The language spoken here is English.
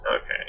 Okay